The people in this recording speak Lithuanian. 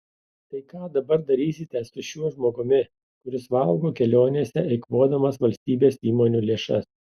tai ką dabar darysite su šiuo žmogumi kuris valgo kelionėse eikvodamas valstybės įmonių lėšas